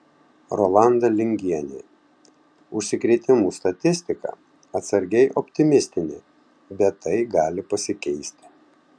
rolanda lingienė užsikrėtimų statistika atsargiai optimistinė bet tai gali pasikeisti